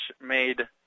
made